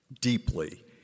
deeply